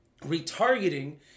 retargeting